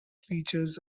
features